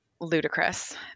Ludicrous